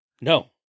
No